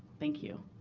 thank you.